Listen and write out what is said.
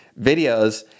videos